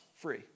free